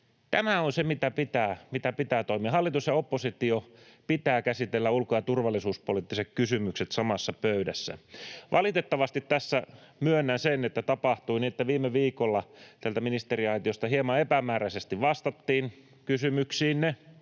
tämä on se, miten pitää toimia: hallituksen ja opposition pitää käsitellä ulko- ja turvallisuuspoliittiset kysymykset samassa pöydässä. Valitettavasti tässä, myönnän sen, tapahtui niin, että viime viikolla täältä ministeriaitiosta hieman epämääräisesti vastattiin kysymyksiinne,